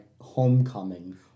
homecoming